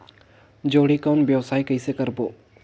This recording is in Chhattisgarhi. जोणी कौन व्यवसाय कइसे करबो?